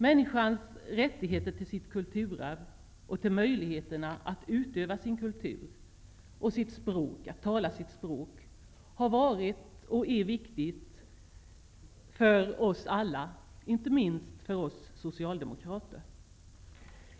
Människans rättigheter till sitt kulturarv och till möjligheterna att utöva sin kultur och att tala sitt språk har varit och är viktigt för oss alla, inte minst för oss socialdemokrater.